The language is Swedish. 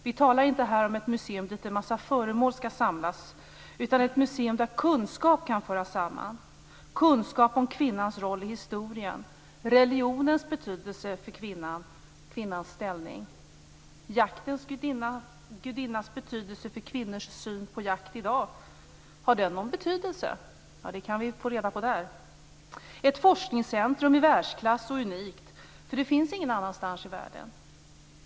Vi talar inte om ett museum där en massa föremål skall samlas, utan om ett museum där kunskap kan föras samman. Det gäller kunskap om kvinnans roll i historien och om religionens betydelse för kvinnans ställning. Jaktens gudinnas betydelse för kvinnors syn på jakt i dag - har den någon betydelse? Det kan vi få reda på där. Det skall vara ett unikt forskningcentrum i världsklass, eftersom det inte finns något sådant här någon annanstans i världen.